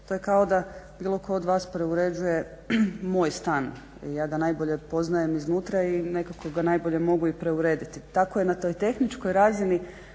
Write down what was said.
To je kao da bilo tko od vas preuređuje moj stan, ja ga najbolje poznajem iznutra i nekako ga najbolje mogu i preurediti. Tako je na toj tehničkoj razini,